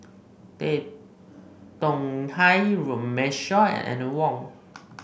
Tan Tong Hye Runme Shaw and Wong